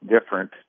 different